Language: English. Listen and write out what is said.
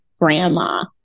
grandma